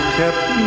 kept